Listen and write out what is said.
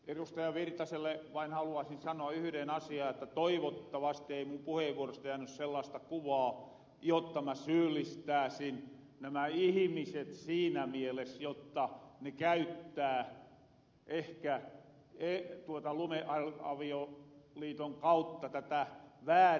erkki virtaselle vain haluaasin sanoa yhden asian että toivottavasti ei mun puheenvuorosta jääny sellaasta kuvaa jotta mä syyllistääsin nämä ihimiset siinä mielessä jotta ne käyttää ehkä lumeavioliiton kautta tätä väärin